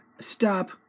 Stop